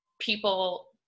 people